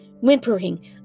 whimpering